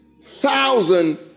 thousand